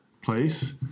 place